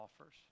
offers